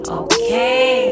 okay